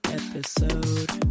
episode